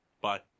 Bye